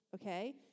Okay